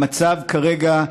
המצב כרגע,